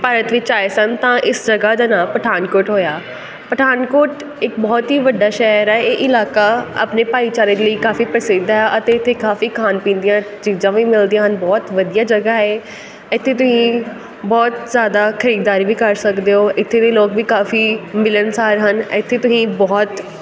ਭਾਰਤ ਵਿੱਚ ਆਏ ਸਨ ਤਾਂ ਇਸ ਜਗ੍ਹਾ ਦਾ ਨਾਮ ਪਠਾਨਕੋਟ ਹੋਇਆ ਪਠਾਨਕੋਟ ਇੱਕ ਬਹੁਤ ਹੀ ਵੱਡਾ ਸ਼ਹਿਰ ਹੈ ਇਹ ਇਲਾਕਾ ਆਪਣੇ ਭਾਈਚਾਰੇ ਲਈ ਕਾਫੀ ਪ੍ਰਸਿੱਧ ਹੈ ਅਤੇ ਕਾਫੀ ਖਾਣ ਪੀਣ ਦੀਆਂ ਚੀਜ਼ਾਂ ਵੀ ਮਿਲਦੀਆਂ ਹਨ ਬਹੁਤ ਵਧੀਆ ਜਗ੍ਹਾ ਹੈ ਇੱਥੇ ਤੁਸੀਂ ਬਹੁਤ ਜ਼ਿਆਦਾ ਖਰੀਦਦਾਰੀ ਵੀ ਕਰ ਸਕਦੇ ਹੋ ਇੱਥੇ ਵੀ ਲੋਕ ਵੀ ਕਾਫੀ ਮਿਲਣਸਾਰ ਹਨ ਇੱਥੇ ਤੁਸੀਂ ਬਹੁਤ